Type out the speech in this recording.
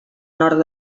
nord